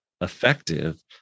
effective